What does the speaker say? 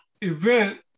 event